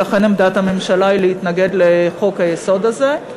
ולכן עמדת הממשלה היא להתנגד לחוק-היסוד הזה.